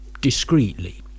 discreetly